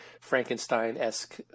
Frankenstein-esque